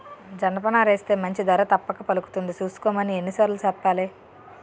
జనపనారేస్తే మంచి ధర తప్పక పలుకుతుంది సూసుకోమని ఎన్ని సార్లు సెప్పాలి?